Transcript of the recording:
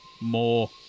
more